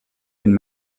been